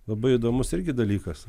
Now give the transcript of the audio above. labai įdomus irgi dalykas